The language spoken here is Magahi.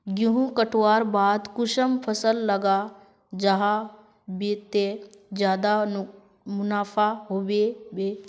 गेंहू कटवार बाद कुंसम फसल लगा जाहा बे ते ज्यादा मुनाफा होबे बे?